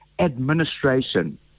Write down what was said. administration